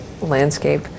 landscape